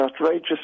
outrageous